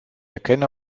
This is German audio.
erkenne